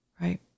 Right